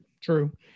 true